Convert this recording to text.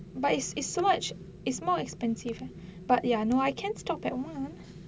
but is is so much is more expensive but ya no I can't stop at one